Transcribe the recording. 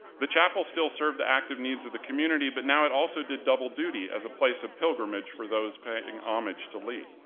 the chapel still served the active needs of the community, but now it also did double duty as a place of pilgrimage for those paying homage to lee.